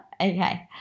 okay